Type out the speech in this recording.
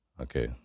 okay